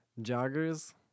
Joggers